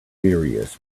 furious